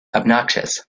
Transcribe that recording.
obnoxious